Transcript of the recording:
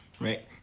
right